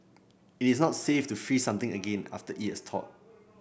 it is not safe to freeze something again after it has thawed